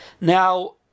Now